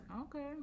Okay